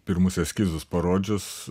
pirmus eskizus parodžius